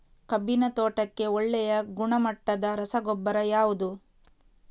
ಕಬ್ಬಿನ ತೋಟಕ್ಕೆ ಒಳ್ಳೆಯ ಗುಣಮಟ್ಟದ ರಸಗೊಬ್ಬರ ಯಾವುದು?